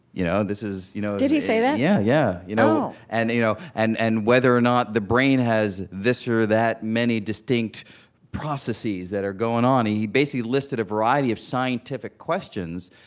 you know this is, you know did he say that? yeah, yeah. you know and you know and and whether or not the brain has this or that many distinct processes that are going on. he basically listed a variety of scientific questions,